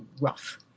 rough